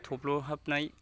थब्लहाबनाय